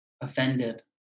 offended